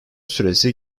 süresi